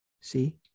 See